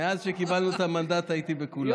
מאז שקיבלנו את המנדט הייתי בכולן.